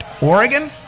Oregon